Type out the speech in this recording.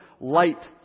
light